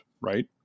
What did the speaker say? right